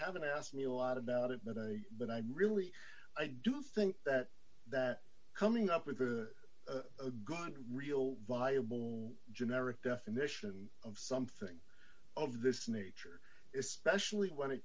haven't asked me a lot about it but i really i do think that that coming up with a got real viable generic definition of something of this nature especially when it